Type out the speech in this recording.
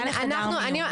אנחנו,